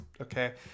okay